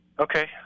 Okay